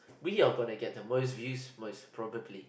we are gonna get the most views most probably